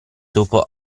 dopo